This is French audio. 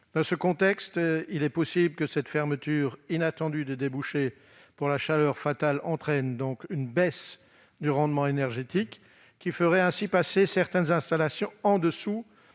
Dans ce contexte, il est possible que cette fermeture inattendue de débouchés pour la chaleur fatale entraîne une baisse du rendement énergétique, qui ferait passer certaines installations en deçà